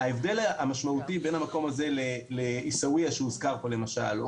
ההבדל המשמעותי בין המקום הזה לבין עיסאוויה שהוזכרה פה למשל,